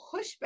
pushback